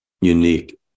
unique